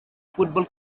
football